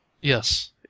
yes